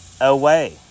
away